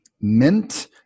mint